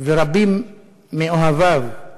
ורבים מאוהביו,